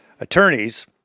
attorneys—